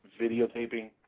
videotaping